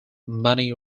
money